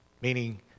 meaning